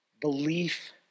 belief